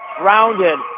rounded